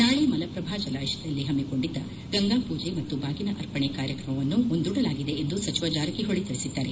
ನಾಳೆ ಮಲಪ್ರಭಾ ಜಲಾಶಯದಲ್ಲಿ ಹಮ್ಮಿಕೊಂಡಿದ್ದ ಗಂಗಾ ಪೂಜೆ ಮತ್ತು ಬಾಗಿನ ಅರ್ಪಣೆ ಕಾರ್ಯಕ್ರಮವನ್ನು ಮುಂದೂಡಲಾಗಿದೆ ಎಂದು ಸಚಿವ ಜಾರಕಿಹೊಳಿ ತಿಳಿಸಿದ್ದಾರೆ